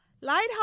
Lighthouse